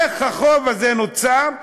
איך החוב הזה נוצר,